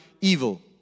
evil